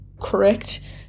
correct